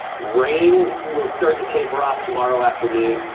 rain will start to taper off tomorrow afternoon.